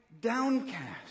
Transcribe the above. downcast